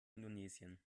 indonesien